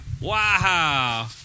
Wow